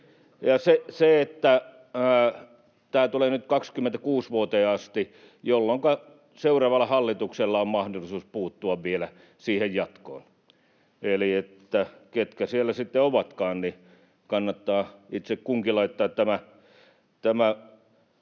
Tämä tulee nyt 26 vuoteen asti, jolloinka seuraavalla hallituksella on mahdollisuus puuttua vielä siihen jatkoon, eli niiden, ketkä siellä sitten ovatkaan, kannattaa itse kunkin laittaa tämä